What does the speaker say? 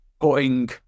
putting